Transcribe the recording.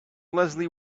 leslie